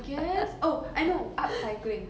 I guess oh I know up-cycling